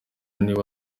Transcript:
niba